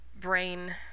brain